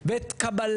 והיו לנו כמה